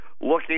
looking